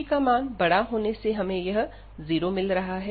g का मान बड़ा होने से हमें यह जीरो मिल रहा है